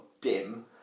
dim